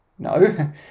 No